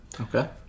Okay